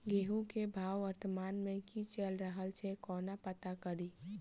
गेंहूँ केँ भाव वर्तमान मे की चैल रहल छै कोना पत्ता कड़ी?